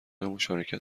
مشارکت